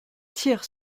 tire